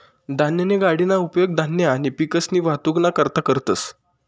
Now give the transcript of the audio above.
धान्यनी गाडीना उपेग धान्य आणि पिकसनी वाहतुकना करता करतंस